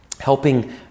helping